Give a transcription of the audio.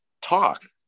talk